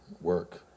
work